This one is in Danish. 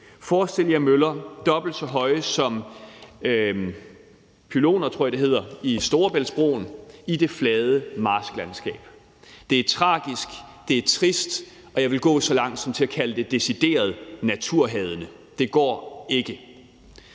Forestil jer møller dobbelt så høje som pylonerne på Storebæltsbroen i det flade marsklandskab. Det er tragisk, det er trist, og jeg vil gå så langt som til at kalde det decideret naturhadende. Det går ikke.